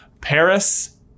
Paris